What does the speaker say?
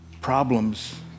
problems